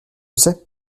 sais